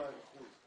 לא שניים, אחוז.